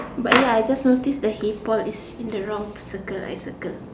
but ya I just noticed the head it's in the wrong circle I circled